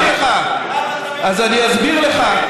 אז אני אסביר לך,